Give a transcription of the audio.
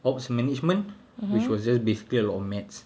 ops management which was just basically a lot of maths